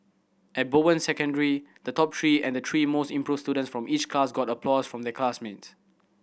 at Bowen Secondary the top three and the three most improved students from each class got applause from their classmates